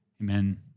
amen